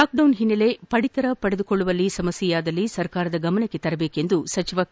lockdown ಹಿನ್ನೆಲೆ ಪಡಿತರ ಪಡೆದುಕೊಳ್ಳುವಲ್ಲಿ ಸಮಸ್ಕೆಯಾದರೆ ಸರ್ಕಾರದ ಗಮನಕ್ಕೆ ತರಬೇಕೆಂದು ಸಚಿವ ಕೆ